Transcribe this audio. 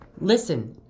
Listen